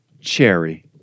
Cherry